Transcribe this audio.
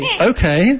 Okay